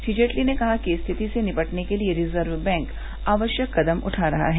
श्री जेटली ने कहा कि स्थिति से निपटने के लिए रिजर्व बैंक आवश्यक कदम उठा रहा है